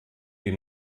die